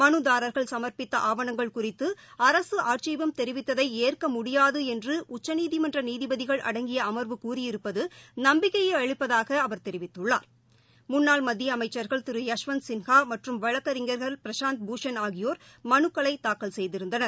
மனுதாரர்கள் சுமர்ப்பித்த ஆவணங்கள் குறித்து அரசு ஆட்சேபம் தெரிவித்ததை ஏற்க முடியாது என்று உச்சநீதிமன்ற நீதிபதிகள் அடங்கிய அமர்வு கூறியிருப்பது நம்பிக்கையை அளிப்பதாக அவர் தெரிவித்துள்ளார் முன்னாள் மத்திய அமைச்சர்கள் திரு யஷ்வந்த் சின்ஹா மற்றும் வழக்கறிஞர் பிரசாந்த் பூஷன் ஆகியோர் மனுக்களை தாக்கல் செய்திருந்தனர்